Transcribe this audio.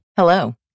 Hello